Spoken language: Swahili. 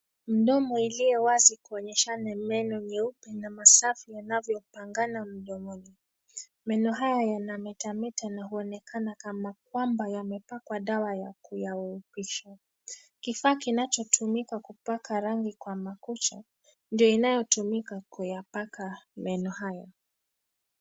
Mdomo iliyo wazi kuonyeshana meno mieupe na masafi yanavyopangana mdomoni. Meno haya yana metameta na huonekana kama kwamba yamepakwa dawa ya kuyaweupisha. Kifaa kinachotumikwa kupaka rangi kwa makucha, ndio inayotumika kuyapaka, meno hayo.